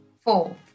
Four